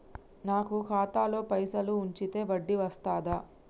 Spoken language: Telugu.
నాకు ఖాతాలో పైసలు ఉంచితే వడ్డీ వస్తదా?